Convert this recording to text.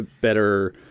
better